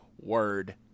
word